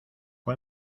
fue